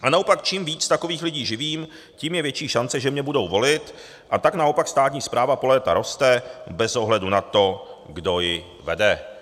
A naopak čím víc takových lidí živím, tím je větší šance, že mě budou volit, a tak naopak státní správa po léta roste bez ohledu na to, kdo ji vede.